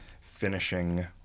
finishing